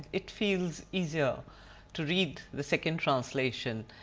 it feels easier to read the second translation.